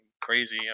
crazy